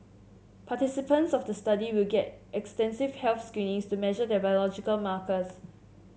participants of the study will get extensive health screenings to measure their biological markers